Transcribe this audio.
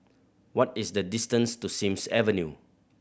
what is the distance to Sims Avenue